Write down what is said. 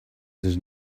had